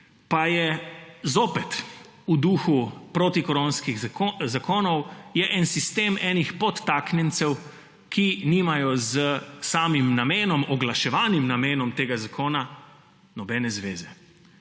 pa je zopet v duhu protikoronskih zakonov. Je en sistem podtaknjencev, ki nimajo s samim oglaševanim namenom tega zakona nobene zveze.